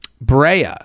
Brea